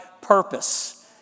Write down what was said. purpose